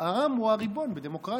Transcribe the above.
העם הוא הריבון בדמוקרטיה.